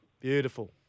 Beautiful